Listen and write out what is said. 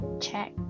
check